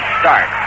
start